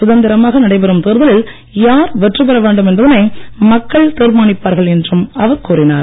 சுதந்திரமாக நடைபெறும் தேர்தலில் யார் வெற்றிபெற வேண்டும் என்பதனை மக்கள் தீர்மானிப்பார்கள் என்றும் அவர் கூறினார்